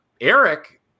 eric